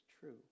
true